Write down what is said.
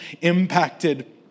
impacted